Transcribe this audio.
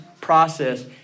process